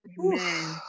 Amen